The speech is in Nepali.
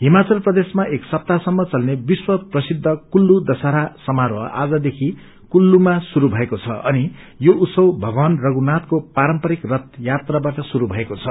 हिमाचल प्रदेशमा एक सप्ताहसम्म चल्ने विश्व प्रसिद्ध कुल्लू दशकहरा समारोह आजदेखि कुल्लूमा शुरू भएको छ अनि यशे उतसव भगवान रघुनाथको पारम्परिक रथ यात्राावाट शुरू भएको छ